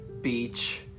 Beach